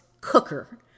cooker